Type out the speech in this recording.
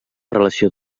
relació